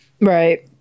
Right